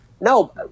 No